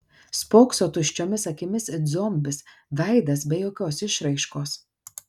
spokso tuščiomis akimis it zombis veidas be jokios išraiškos